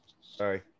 Sorry